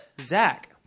Zach